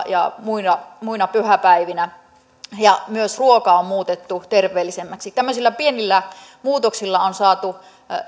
ja muina muina pyhäpäivinä myös ruoka on muutettu terveellisemmäksi tämmöisillä pienillä muutoksilla on saatu